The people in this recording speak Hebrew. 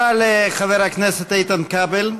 תודה לחבר הכנסת איתן כבל.